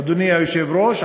אדוני היושב-ראש,